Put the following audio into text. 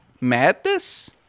Madness